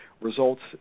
results